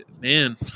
man